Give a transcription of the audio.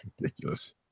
ridiculous